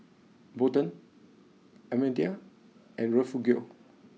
Bolden Almedia and Refugio